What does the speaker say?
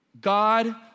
God